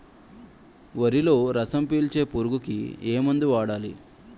వరిలో రసం పీల్చే పురుగుకి ఏ మందు వాడాలి?